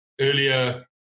earlier